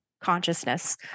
consciousness